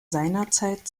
seinerzeit